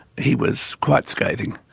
he was quite scathing.